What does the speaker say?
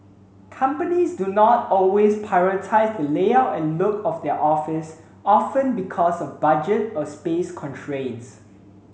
companies do not always prioritise the layout and look of their office often because of budget or space constraints